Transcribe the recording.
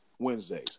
wednesdays